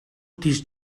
тийш